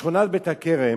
בשכונת בית-הכרם